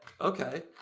Okay